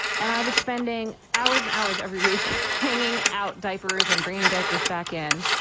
and i was spending hours and hours every week hanging out diapers and bringing diapers back in.